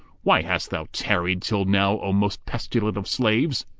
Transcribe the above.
why hast thou tarried till now, o most pestilent of slaves?